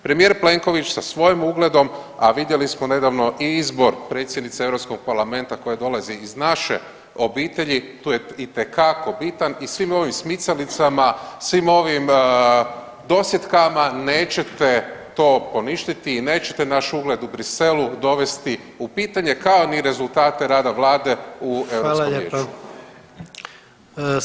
Premijer Plenković sa svojim ugledom, a vidjeli smo nedavno i izbor predsjednice Europskog parlamenta koja dolazi iz naše obitelji, tu je itekako bitan i svim ovim smicalicama, svim ovim dosjetkama nećete to poništiti i nećete naš ugled u Briselu dovesti u pitanje kao ni rezultate rada vlade u Europskom vijeću.